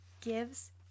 gives